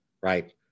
right